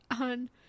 on